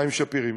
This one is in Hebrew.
מים שפירים,